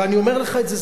ואני אומר לך את זה,